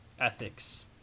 ethics